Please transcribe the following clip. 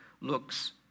looks